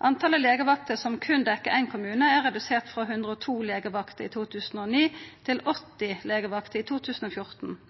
Talet på legevakter som berre dekkjer éin kommune, er redusert frå 102 legevakter i 2009 til 80 legevakter i 2014.